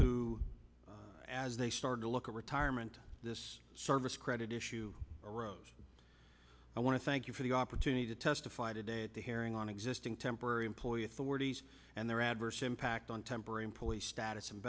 who as they start to look at retirement this service credit issue arose i want to thank you for the opportunity to testify today at the hearing on existing temporary employee authorities and their adverse impact on temporary employee status and